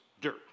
dirt